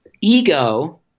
Ego